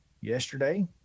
Yesterday